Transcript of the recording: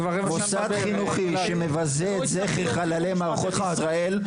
מוסד חינוכי שמבזה את זכר חללי מערכות ישראל,